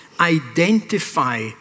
Identify